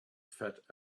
fat